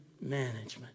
management